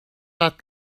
that